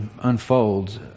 unfolds